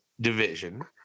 division